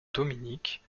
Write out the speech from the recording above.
dominique